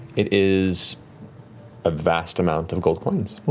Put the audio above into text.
it is a vast amount of gold coins.